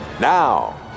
now